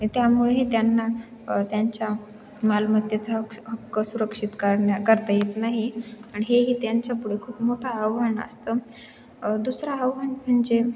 त्यामुळेही त्यांना त्यांच्या मालमत्तेचा हक् हक्क सुरक्षित करण्या करता येत नाही आणि हेही त्यांच्या पुढे खूप मोठं आव्हान असतं दुसरं आव्हान म्हणजे